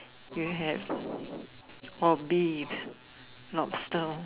you have beef lobster